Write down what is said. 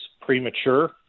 premature